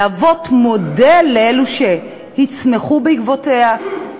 להוות מודל לאלו שיצמחו בעקבותיהם.